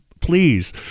please